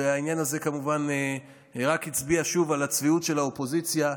והעניין הזה כמובן רק הצביע שוב על הצביעות של האופוזיציה,